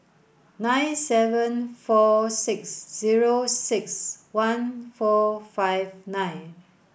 nine seven four six zero six one four five nine